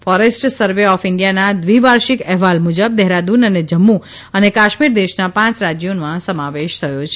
forest survey of ઇન્ડિયાના દ્રીવાર્ષિક અહેવાલ મુજબ દહેરાદૂન અને જમ્મુ અને કાશ્મીર દેશના પાંચ રાજયોમાં સમાવેશ થયો છે